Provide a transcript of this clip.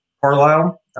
Carlisle